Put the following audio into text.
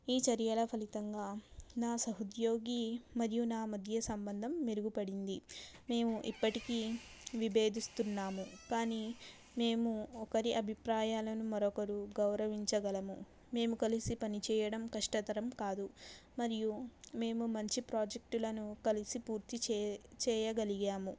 ఈ చర్యల ఫలితంగా నా సహ ఉద్యోగి మరియు నా మధ్య సంబంధం మెరుగు పడింది మేము ఇప్పటికి విభేదిస్తున్నాము కాని మేము ఒకరి అభిప్రాయలను మరొకరు గౌరవించగలము మేము కలిసి పని చేయడం కష్టతరం కాదు మరియు మేము మంచి ప్రాజెక్టులను కలిసి పూర్తి చేయ చేయగలిగాము